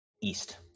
East